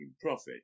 profit